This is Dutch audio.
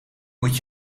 moet